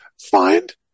find